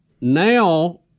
now